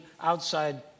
outside